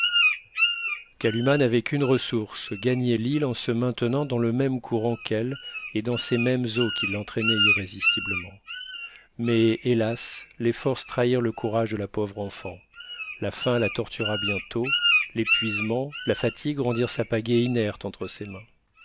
kalumah n'avait qu'une ressource gagner l'île en se maintenant dans le même courant qu'elle et dans ces mêmes eaux qui l'entraînaient irrésistiblement mais hélas les forces trahirent le courage de la pauvre enfant la faim la tortura bientôt l'épuisement la fatigue rendirent sa pagaie inerte entre ses mains